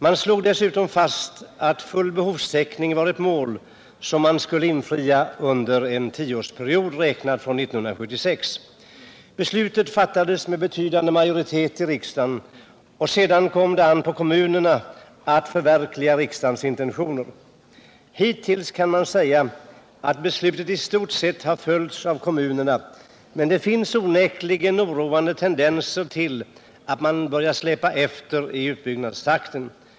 Man slog dessutom fast att full behovstäckning var ett mål som skulle infrias under en tioårsperiod, räknad från 1976. Beslutet fattades med betydande majoritet i riksdagen, och sedan kom det an på kommunerna att förverkliga riksdagens intentioner. Man kan säga att beslutet hittills i stort sett har följts av kommunerna, men det finns onekligen oroande tendenser till eftersläpning i uppbyggnadstakten.